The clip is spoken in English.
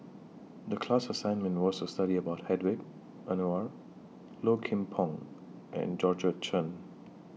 The class assignment was to study about Hedwig Anuar Low Kim Pong and Georgette Che